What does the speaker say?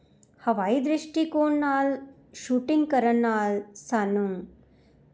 ਜਿਵੇਂ ਕਿ ਕਹਾਵਤ ਹੈ ਅੱਖਾਂ ਆਤਮਾ ਦੀ ਖਿੜਕੀ ਹਨ